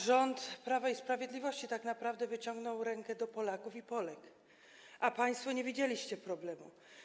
Rząd Prawa i Sprawiedliwości tak naprawdę wyciągnął rękę do Polaków i Polek, a państwo nie widzieliście problemu.